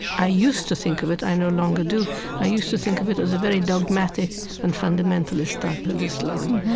i used to think of it i no longer do i used to think of it as a very dogmatic and fundamentalist type of islam.